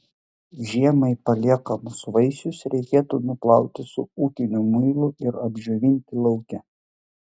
žiemai paliekamus vaisius reikėtų nuplauti su ūkiniu muilu ir apdžiovinti lauke